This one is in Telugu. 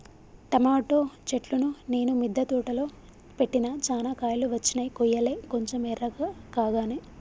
టమోటో చెట్లును నేను మిద్ద తోటలో పెట్టిన చానా కాయలు వచ్చినై కొయ్యలే కొంచెం ఎర్రకాగానే